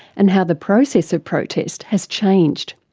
and how the process of protest has changed.